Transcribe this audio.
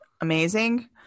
Amazing